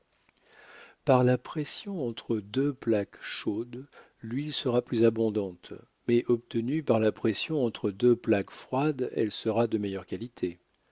par la pression entre deux plaques chaudes l'huile sera plus abondante mais obtenue par la pression entre deux plaques froides elle sera de meilleure qualité